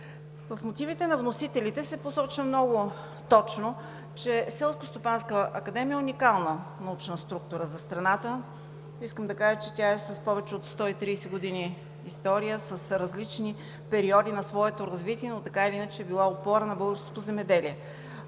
В мотивите на вносителите се посочва много точно, че Селскостопанската академия е уникална научна структура за страната. Искам да кажа, че тя е с повече от 130 години история, с различни периоди на своето развитие, но така или иначе е била опора на българското земеделие.